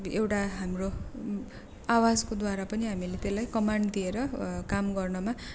एउटा हाम्रो आवाजकोद्वारा पनि हामीले त्यसलाई कमान्ड दिएर काम गर्नमा